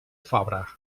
fabra